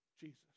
Jesus